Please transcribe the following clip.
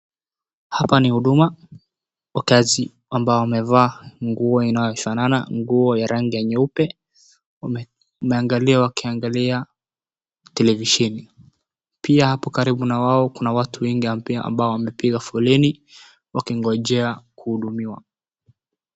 Hapa ni huduma wakaazi ambao wamevaa nguo inayofanana nguo ya rangi ya nyeupe wameangalia wakiangalia televisheni pia hapo karibu na wao kuna watu wengi pia ambao wamepiga foleni wakingojea kuhudumiwa.